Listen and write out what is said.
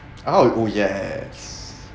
(uh huh) oh yes